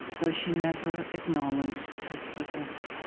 though she never acknowledged her slippage.